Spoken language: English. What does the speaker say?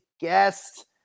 guest